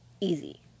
easy